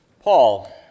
Paul